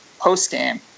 post-game